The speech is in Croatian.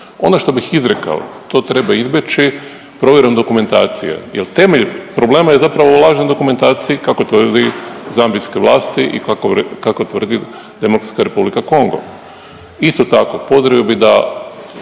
Ono što bih izrekao to treba izbjeći provjerom dokumentacije jel temeljem problema je zapravo u lažnoj dokumentaciji kako tvrdi zambijske vlasti i kako tvrdi DR Kongo. Isto tako pozdravio bi da